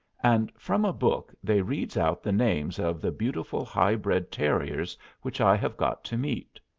and from a book they reads out the names of the beautiful high-bred terriers which i have got to meet.